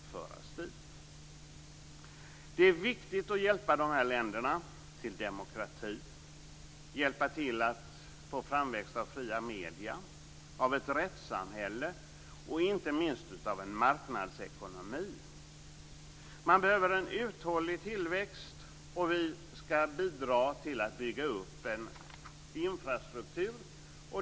Det är viktigt att hjälpa dessa länder till demokrati och hjälpa till att få en framväxt av fria medier, av ett rättssamhälle och inte minst av en marknadsekonomi. Man behöver en uthållig tillväxt, och vi skall bidra till att bygga upp en infrastruktur.